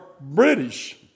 British